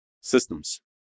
systems